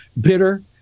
bitter